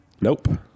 Nope